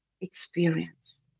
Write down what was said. experience